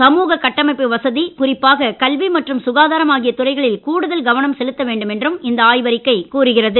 சமூக கட்டமைப்பு வசதி குறிப்பாக கல்வி மற்றும் சுகாதாரம் ஆகிய துறைகளில் கூடுதல் கவனம் செலுத்த வேண்டும் என்றும் இந்த ஆய்வறிக்கை கூறுகிறது